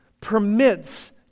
permits